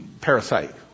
parasite